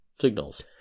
signals